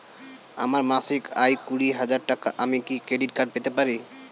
আমার মাসিক আয় কুড়ি হাজার টাকা আমি কি ক্রেডিট কার্ড পেতে পারি?